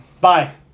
Bye